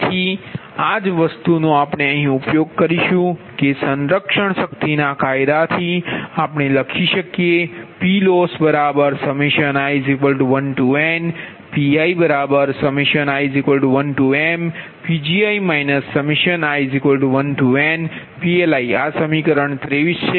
તેથી આ જ વસ્તુનો આપણે અહીં ઉપયોગ કરીશું કે સંરક્ષણ શક્તિના કાયદાથી આપણે લખી શકીએPlossi1nPii1mPgi i1nPLi આ સમીકરણ 23 છે